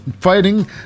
Fighting